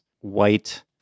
white